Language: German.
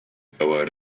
dauer